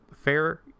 fair